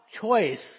choice